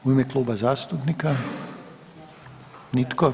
U ime kluba zastupnika, nitko?